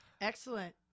Excellent